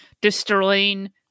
destroying